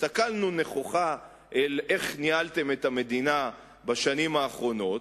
הסתכלנו נכוחה איך ניהלתם את המדינה בשנים האחרונות.